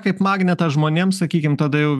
kaip magnetas žmonėm sakykim tada jau